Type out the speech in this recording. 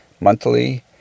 monthly